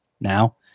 Now